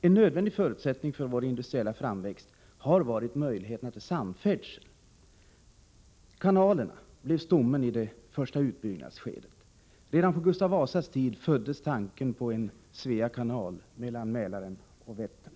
En nödvändig förutsättning för vår industriella framväxt har varit möjligheterna till samfärdsel. Kanalerna blev stommen i det första utbyggnadsskedet. Redan på Gustav Vasas tid föddes tanken på en Svea kanal mellan Mälaren och Vättern.